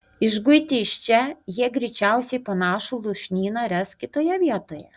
išguiti iš čia jie greičiausiai panašų lūšnyną ręs kitoje vietoje